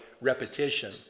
repetition